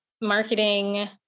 marketing